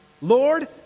Lord